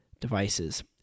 devices